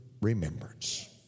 remembrance